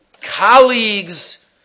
colleagues